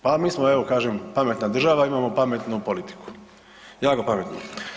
Pa mi smo evo kažem pametna država imamo pametnu politiku, jako pametnu.